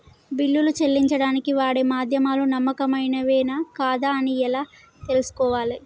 బిల్లులు చెల్లించడానికి వాడే మాధ్యమాలు నమ్మకమైనవేనా కాదా అని ఎలా తెలుసుకోవాలే?